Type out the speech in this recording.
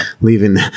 Leaving